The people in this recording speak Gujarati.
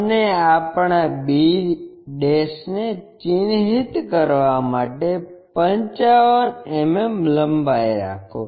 અને આપણા b ને ચિહ્નિત કરવા માટે 55 mm લંબાઈ રાખો